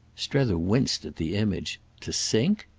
strether winced at the image. to sink'?